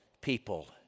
people